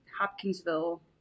Hopkinsville